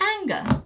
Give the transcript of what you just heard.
anger